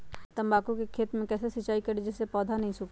तम्बाकू के खेत मे कैसे सिंचाई करें जिस से पौधा नहीं सूखे?